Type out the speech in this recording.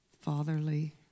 fatherly